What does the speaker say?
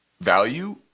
value